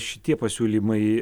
šitie pasiūlymai